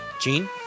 Gene